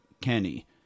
Kenny